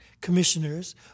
commissioners